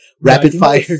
rapid-fire